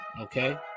Okay